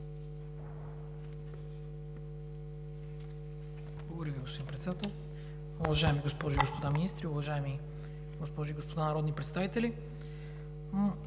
Благодаря Ви, господин Председател. Уважаеми госпожи и господа министри, уважаеми госпожи и господа народни представители!